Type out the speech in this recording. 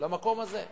למקום הזה.